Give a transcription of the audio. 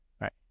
right